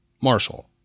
Marshall